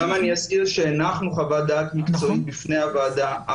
אני גם אזכיר שבדיון הקודם הנחנו חוות דעת מקצועית בפני הוועדה.